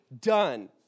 done